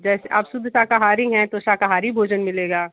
जैसे आप शुद्ध शाकाहारी हैं तो शाकाहारी भोजन मिलेगा